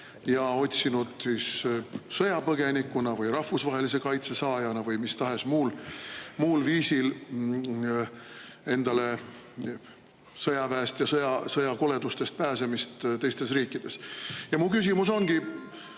ja otsinud siis sõjapõgenikuna või rahvusvahelise kaitse saajana või mis tahes muul viisil endale sõjaväest ja sõjakoledustest pääsemist teistes riikides. Ja mu küsimus ongi: